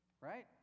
right